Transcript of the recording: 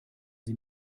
sie